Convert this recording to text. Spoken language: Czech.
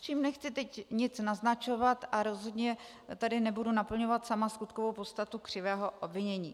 Tím nechci teď nic naznačovat a rozhodně tady nebudu sama naplňovat skutkovou podstatu křivého obvinění.